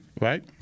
right